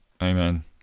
Amen